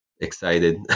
excited